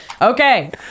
okay